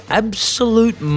absolute